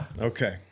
Okay